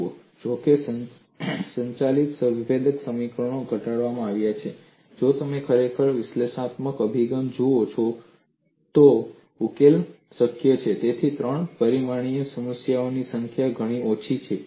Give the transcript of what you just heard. જુઓ જોકે સંચાલિત વિભેદક સમીકરણો ઘડવામાં આવ્યા છે જો તમે ખરેખર વિશ્લેષણાત્મક અભિગમ જુઓ છો તો ઉકેલી શકાય તેવી ત્રણ પરિમાણીય સમસ્યાઓની સંખ્યા ઘણી ઓછી છે